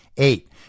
Eight